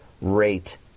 rate